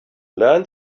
learned